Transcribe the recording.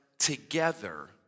Together